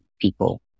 people